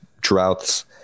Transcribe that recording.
droughts